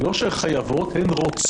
לא שחייבות אלא הן רוצות.